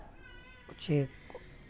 ꯎꯆꯦꯛ